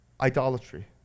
Idolatry